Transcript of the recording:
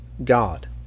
God